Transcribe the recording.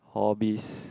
hobbies